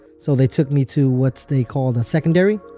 so they took me to what they call the secondary.